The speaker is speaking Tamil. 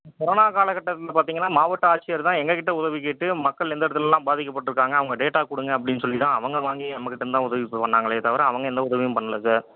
கொரோனா காலக்கட்டத்தில் பார்த்தீங்கன்னா மாவட்ட ஆட்சியர் தான் எங்கக்கிட்டே உதவி கேட்டு மக்கள் எந்த இடத்துல எல்லாம் பாதிக்கப்பட்டுருக்காங்க அவங்க டேட்டா கொடுங்க அப்படின்னு சொல்லி தான் அவங்க வாங்கி நம்மக்கிட்டேருந்து தான் உதவி பண்ணாங்களே தவிர அவங்க எந்த உதவியும் பண்ணல சார்